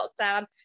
lockdown